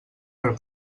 per